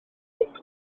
gwelwch